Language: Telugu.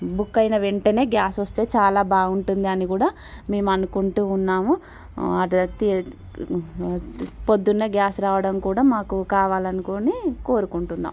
బుక్ అయిన వెంటనే గ్యాస్ వస్తే చాలా బాగుంటుంది అని కూడా మేము అనుకుంటున్నాము ప్రొద్దున గ్యాస్ రావడం కూడా మాకు కావాలి అనుకొని కోరుకుంటున్నాం